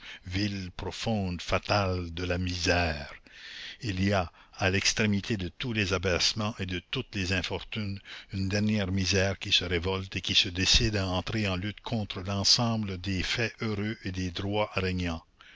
vile profonde fatale de la misère il y a à l'extrémité de tous les abaissements et de toutes les infortunes une dernière misère qui se révolte et qui se décide à entrer en lutte contre l'ensemble des faits heureux et des droits régnants